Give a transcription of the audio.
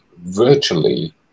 virtually